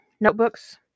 notebooks